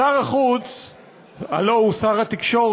שר החוץ, הלוא הוא שר התקשורת,